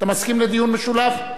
אתה מסכים לדיון משולב?